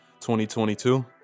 2022